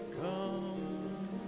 come